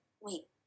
wait